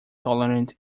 tolerant